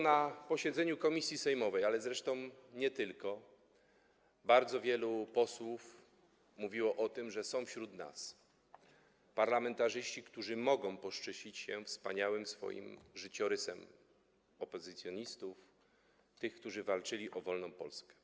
Na posiedzeniu komisji sejmowej, ale nie tylko, bardzo wielu posłów mówiło o tym, że są wśród nas parlamentarzyści, którzy mogą poszczycić się wspaniałym życiorysem jako opozycjoniści i którzy walczyli o wolną Polskę.